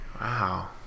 Wow